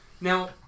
Now